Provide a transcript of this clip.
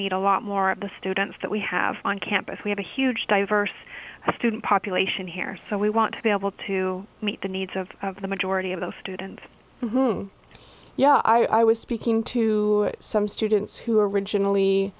meet a lot more of the students that we have on campus we have a huge diverse student population here so we want to be able to meet the needs of the majority of those students whom yeah i was speaking to some students who originally